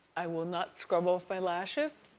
i will not scrub off my lashes